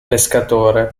pescatore